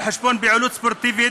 על חשבון פעילות ספורטיבית,